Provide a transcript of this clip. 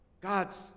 God's